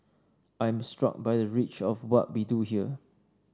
I am struck by the reach of what we do here